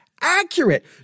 accurate